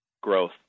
growth